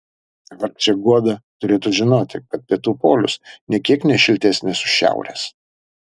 vargšė guoda turėtų žinoti kad pietų polius nė kiek ne šiltesnis už šiaurės